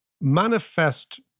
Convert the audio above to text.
manifest